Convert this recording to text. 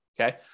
okay